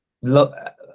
look